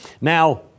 Now